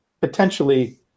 potentially